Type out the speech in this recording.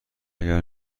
اگر